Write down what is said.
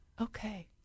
okay